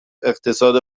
اقتصاد